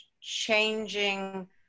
changing